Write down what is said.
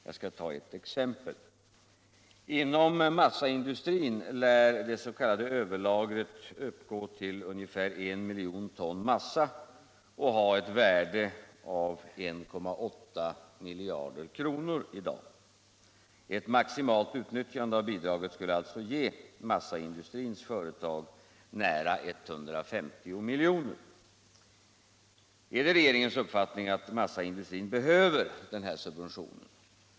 Jag skall ta ett exempel: Inom massaindustrin lär det s.k. överlagret uppgå till ungefär I miljon ton massa och ha ett värde av 1,8 miljarder kronor i dag. Ett maximalt utnyttjande av bidraget skulle alltså ge massaindustrins företag nära 150 milj.kr. Är det regeringens uppfattning att massaindustrin behöver den subventionen?